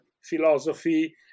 philosophy